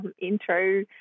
intro